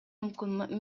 мүмкүн